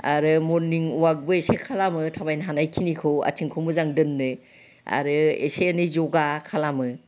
आरो मर्निं अवाकबो एसे खालामो थाबायनो हानायखिनिखौ आथिंखौ मोजां दोननो आरो एसे एनै योगा खालामो